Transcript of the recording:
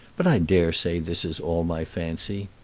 but i dare say this is all my fancy.